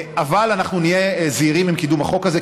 אנחנו נהיה זהירים עם קידום החוק הזה,